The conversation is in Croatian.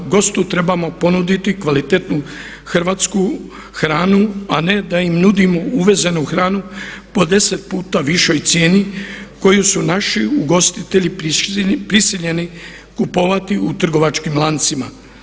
Gostu trebamo ponuditi kvalitetnu hrvatsku hranu a ne da im nudimo uvezanu hranu po 10x višoj cijeni koju su naši ugostitelji prisiljeni kupovati u trgovačkim lancima.